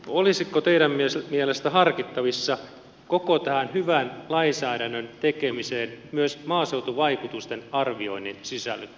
olisiko teidän mielestä harkittavissa koko tämän hyvän lainsäädännön tekemiseen myös maaseutuvaikutusten arvioinnin sisällyttäminen